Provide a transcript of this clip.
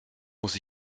muss